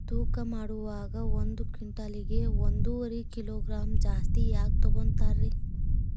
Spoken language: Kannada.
ತೂಕಮಾಡುವಾಗ ಒಂದು ಕ್ವಿಂಟಾಲ್ ಗೆ ಒಂದುವರಿ ಕಿಲೋಗ್ರಾಂ ಜಾಸ್ತಿ ಯಾಕ ತೂಗ್ತಾನ ರೇ?